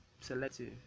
selective